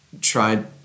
tried